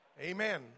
Amen